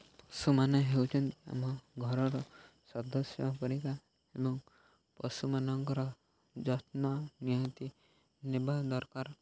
ପଶୁମାନେ ହେଉଛନ୍ତି ଆମ ଘରର ସଦସ୍ୟ ପରିକା ଏବଂ ପଶୁମାନଙ୍କର ଯତ୍ନ ନିହାତି ନେବା ଦରକାର